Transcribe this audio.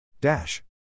Dash